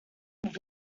where